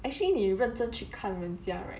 actually 你认真去看人家 right